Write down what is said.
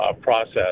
process